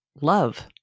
love